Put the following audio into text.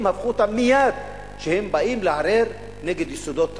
הם הפכו אותם מייד למי שבאים לערער את יסודות המדינה,